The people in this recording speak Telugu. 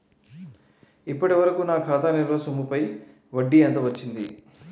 ఇప్పటి వరకూ నా ఖాతా నిల్వ సొమ్ముపై వడ్డీ ఎంత వచ్చింది?